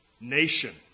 nation